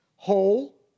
whole